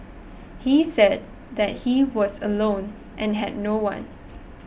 he said that he was alone and had no one